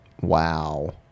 Wow